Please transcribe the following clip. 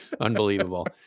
Unbelievable